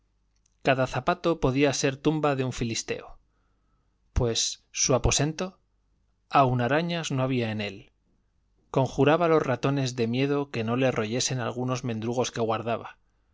cada zapato podía ser tumba de un filisteo pues su aposento aun arañas no había en él conjuraba los ratones de miedo que no le royesen algunos mendrugos que guardaba